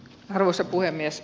arvoisa puhemies